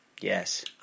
Yes